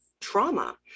trauma